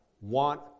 want